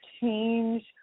Change